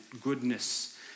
goodness